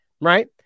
Right